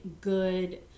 good